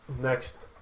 Next